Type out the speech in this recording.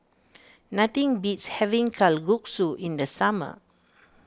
nothing beats having Kalguksu in the summer